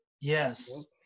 yes